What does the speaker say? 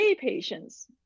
patients